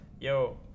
Yo